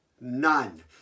None